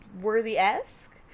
worthy-esque